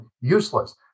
useless